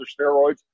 steroids